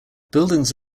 buildings